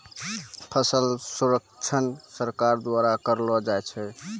फसल सर्वेक्षण सरकार द्वारा करैलो जाय छै